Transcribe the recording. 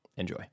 enjoy